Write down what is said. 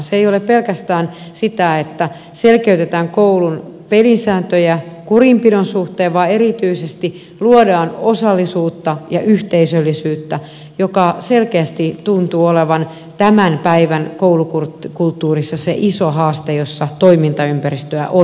se ei ole pelkästään sitä että selkeytetään koulun pelisääntöjä kurinpidon suhteen vaan erityisesti luodaan osallisuutta ja yhteisöllisyyttä mikä selkeästi tuntuu olevan tämän päivän koulukulttuurissa se iso haaste jossa toimintaympäristöä on muutettava